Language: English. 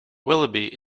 willoughby